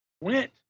went